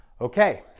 okay